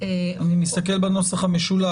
אני מסתכל בנוסח המשולב,